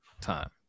time